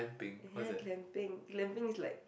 ya glamping glamping is like